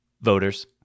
Voters